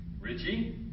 Richie